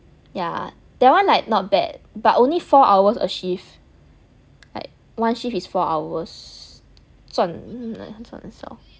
yeah that one like not bad but only four hours a shift like one shift is four hours 赚赚很少